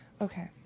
Okay